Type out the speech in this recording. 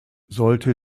sollte